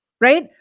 right